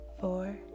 four